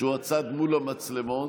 שהוא הצד מול המצלמות.